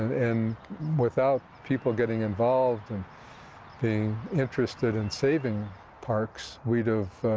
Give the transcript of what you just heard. and without people getting involved and being interested in savings parks, we'd have,